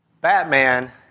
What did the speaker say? Batman